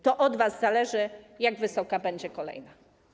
To od was zależy, jak wysoka będzie kolejna.